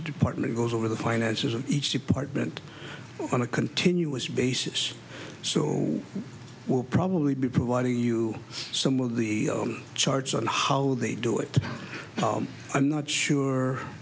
department goes over the finances of each department on a continuous basis so we'll probably be providing you some of the charts on how they do it i'm not sure